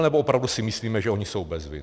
Nebo opravdu si myslíme, že oni jsou bez viny?